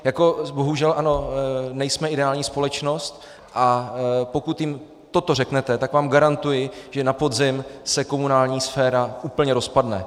Jako, bohužel, ano, nejsme ideální společnost, a pokud jim toto řeknete, tak vám garantuji, že na podzim se komunální sféra úplně rozpadne.